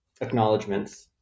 Acknowledgements